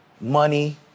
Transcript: money